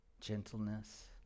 gentleness